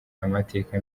amateka